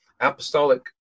apostolic